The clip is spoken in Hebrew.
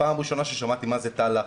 פעם ראשונה ששמעתי מה זה תא לחץ,